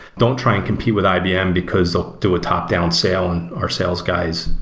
don't try and compete with ibm, because they'll do a top-down sale in our sales guys.